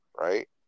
right